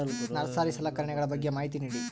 Nursery ಸಲಕರಣೆಗಳ ಬಗ್ಗೆ ಮಾಹಿತಿ ನೇಡಿ?